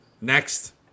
Next